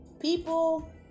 People